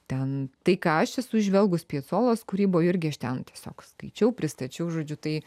ten tai ką aš esu įžvelgus piecolos kūryboj irgi aš ten tiesiog skaičiau pristačiau žodžiu tai